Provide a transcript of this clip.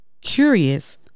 curious